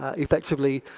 ah effectively,